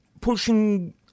pushing